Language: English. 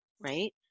Right